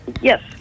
yes